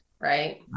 right